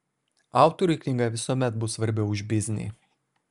autoriui knyga visuomet bus svarbiau už biznį